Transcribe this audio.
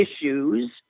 issues